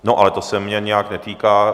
No ale to se mě nějak netýká.